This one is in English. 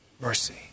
Mercy